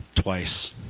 twice